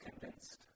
convinced